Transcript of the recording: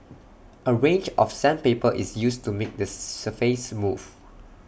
A range of sandpaper is used to make the surface smooth